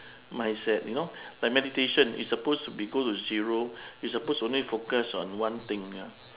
mindset you know like meditation is suppose to be go to zero you suppose to only focus on one thing ah